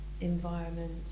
environment